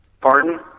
Pardon